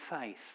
faith